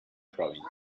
province